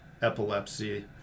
epilepsy